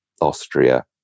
Austria